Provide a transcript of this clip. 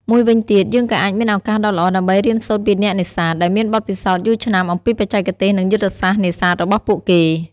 មួយវិញទៀត យើងក៏អាចមានឱកាសដ៏ល្អដើម្បី រៀនសូត្រពីអ្នកនេសាទ ដែលមានបទពិសោធន៍យូរឆ្នាំអំពីបច្ចេកទេសនិងយុទ្ធសាស្ត្រនេសាទរបស់ពួកគេ។